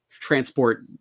transport